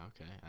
okay